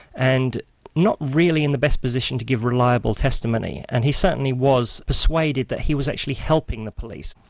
and not really in the best position to give reliable testimony. and he certainly was persuaded that he was actually helping the police.